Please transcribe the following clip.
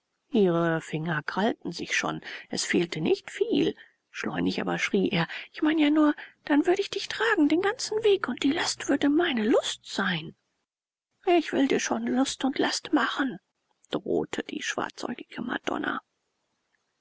ihre finger krallten sich schon es fehlte nicht viel schleunig aber schrie er ich meine ja nur dann würde ich dich tragen den ganzen weg und die last würde meine lust sein ich will dir schon lust und last machen drohte die schwarzäugige madonna